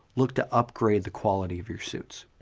look to upgrade the quality of your suits.